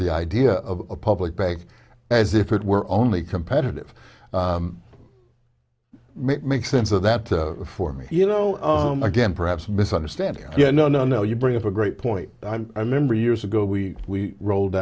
the idea of a public bank as if it were only competitive make sense of that for me you know again perhaps misunderstanding yeah no no no you bring up a great point i remember years ago we rolled